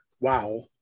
wow